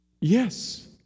Yes